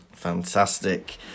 fantastic